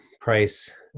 price